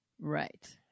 Right